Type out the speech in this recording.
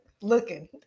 looking